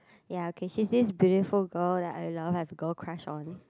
ya okay she's this beautiful girl that I love have a girl crush on